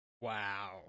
Wow